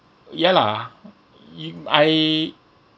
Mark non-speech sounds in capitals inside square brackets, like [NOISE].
ya lah [NOISE] I